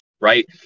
right